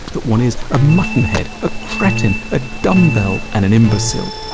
that one is a muttonhead, a cretin, a dumbbell and an imbecile.